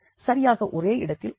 சரியாக ஒரே இடத்தில் உள்ளது